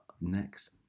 next